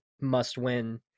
must-win